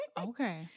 Okay